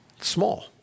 small